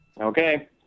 Okay